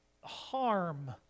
harm